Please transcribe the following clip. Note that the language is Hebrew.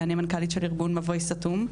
אני מנכ"לית של ארגון מבוי סתום,